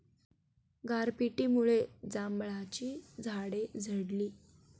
गारपिटीमुळे जांभळाची झाडे झडली